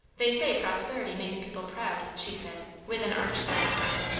they say prosperity makes people proud, she said, with an arch glance at him.